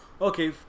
okay